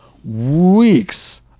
weeks